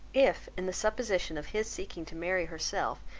if in the supposition of his seeking to marry herself,